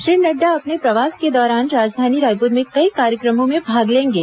श्री नड्डा अपने प्रवास के दौरान राजधानी रायपुर में कई कार्यक्रमों में भाग लेंगे